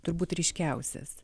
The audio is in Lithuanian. turbūt ryškiausias